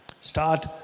start